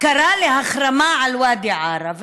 קרא להחרמה של ואדי עארה.